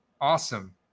Awesome